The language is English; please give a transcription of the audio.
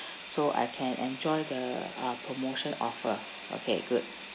so I can enjoy the uh promotion offer okay good